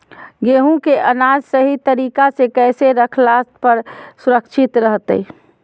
गेहूं के अनाज सही तरीका से कैसे रखला पर सुरक्षित रहतय?